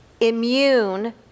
immune